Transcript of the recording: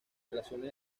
relaciones